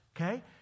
Okay